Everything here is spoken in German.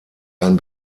ein